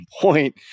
point